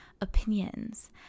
opinions